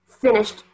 finished